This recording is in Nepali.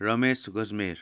रमेश गजमेर